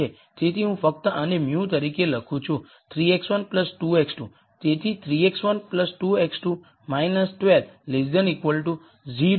તેથી હું ફક્ત આને μ તરીકે લખું છું 3 x 1 2 x2 તેથી 3 x1 2 x2 12 0